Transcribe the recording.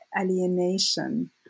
alienation